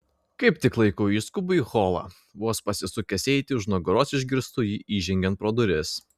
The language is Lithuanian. kaip tik laiku išskubu į holą vos pasisukęs eiti už nugaros išgirstu jį įžengiant pro duris